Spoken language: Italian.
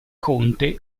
conte